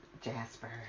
Jasper